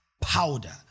powder